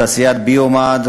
תעשיית ביו-מד,